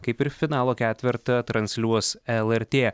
kaip ir finalo ketvertą transliuos lrt